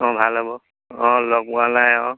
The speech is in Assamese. অঁ ভাল হ'ব অঁ লগ পোৱা নাই অঁ